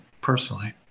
personally